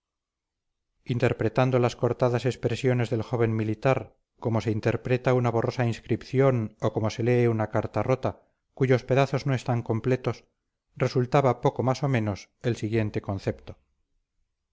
interpretando las cortadas expresiones del joven militar como se interpreta una borrosa inscripción o como se lee una carta rota cuyos pedazos no están completos resultaba poco más o menos el siguiente concepto